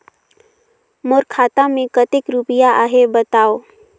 मोर खाता मे कतेक रुपिया आहे बताव?